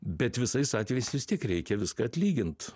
bet visais atvejais vis tiek reikia viską atlygint